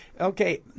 okay